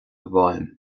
bhfeidhm